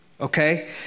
Okay